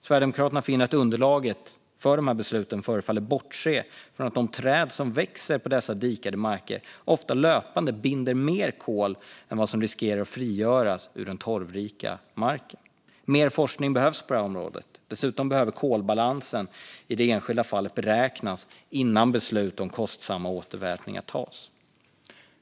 Sverigedemokraterna finner att underlaget för dessa beslut förefaller bortse från att de träd som växer på dessa dikade marker ofta löpande binder mer kol än vad som riskerar att frigöras ur den torvrika marken. Mer forskning behövs på det här området. Dessutom behöver kolbalansen i det enskilda fallet beräknas innan beslut om kostsamma återvätningar tas.